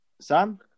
Sam